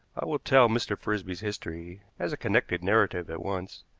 i will tell mr. frisby's history as a connected narrative at once